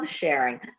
sharing